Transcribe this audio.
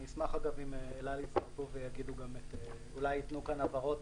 אני אשמח, אגב, אם אל על אולי ייתנו כאן הבהרות